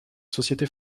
sociétés